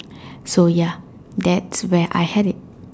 so ya that's where I had it